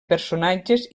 personatges